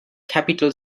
capital